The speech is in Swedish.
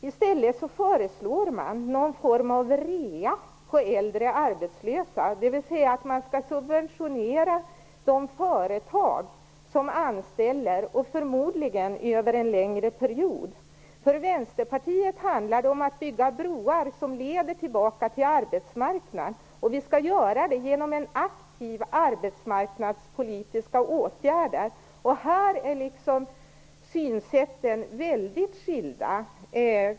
I stället föreslås någon form av rea på äldre arbetslösa, dvs. man skall subventionera de företag som anställer - förmodligen över en längre period. För Vänsterpartiet handlar det om att bygga broar som leder tillbaka till arbetsmarknaden. Vi skall göra det genom aktiva arbetsmarknadspolitiska åtgärder. Här är synsätten väldigt skilda.